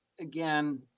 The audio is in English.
again